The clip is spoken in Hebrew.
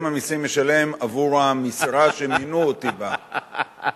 המסים משלם עבור המשרה שמינו אותי אליה,